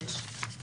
שאלת